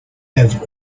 have